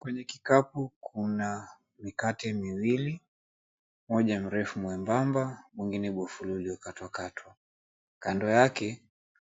Kwenye kikapu kuna mikate mwili, moja mrefu mwembamba mwingne bofulu iliyokatwakatwa. Kando yake